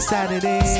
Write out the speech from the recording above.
Saturday